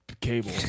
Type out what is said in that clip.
Cable